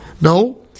No